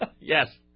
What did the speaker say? Yes